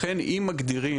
לכן אם מגדירים,